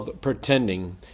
pretending